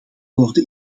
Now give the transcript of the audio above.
worden